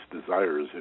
desires